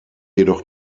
jedoch